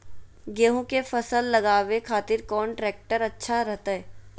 गेहूं के फसल लगावे खातिर कौन ट्रेक्टर अच्छा रहतय?